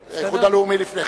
הלאומי.